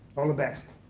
all the best.